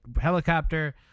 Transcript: helicopter